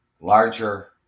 larger